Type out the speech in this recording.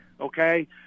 okay